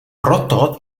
proto